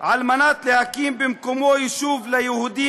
האם לא נלך, נעזוב את הבית,